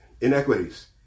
inequities